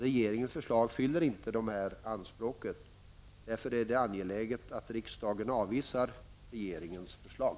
Regeringens förslag fyller inte dessa anspråk. Det är därför angeläget att riksdagen avvisar regeringens förslag.